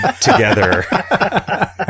together